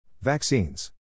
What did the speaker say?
Vaccines